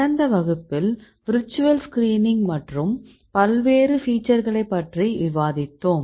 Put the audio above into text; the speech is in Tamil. கடந்த வகுப்பில் விர்ச்சுவல் ஸ்கிரீனிங் மற்றும் பல்வேறு ஃபீச்சர்களை பற்றி விவாதித்தோம்